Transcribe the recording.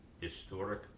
historic